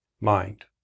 mind